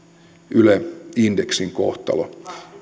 yle indeksin kohtalo